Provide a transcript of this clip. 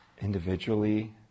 individually